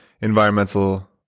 environmental